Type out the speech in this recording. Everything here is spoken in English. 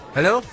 Hello